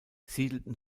siedelten